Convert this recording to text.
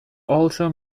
also